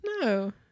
No